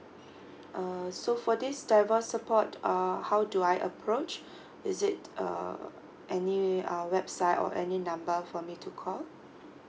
err so for this divorce support uh how do I approach is it err any uh website or any number for me to call